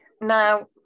Now